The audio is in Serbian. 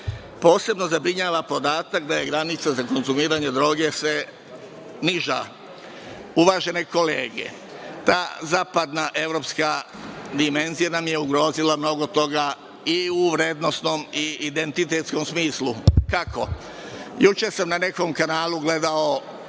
Posebno zabrinjava podatak da je granica za konzumiranje droge sve niža. Uvažene kolege, ta zapadna evropska dimenzija nam je ugrozila mnogo toga i u vrednosnom i identitetskom smislu. Kako? Juče sam na nekom kanalu gledao